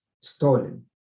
stolen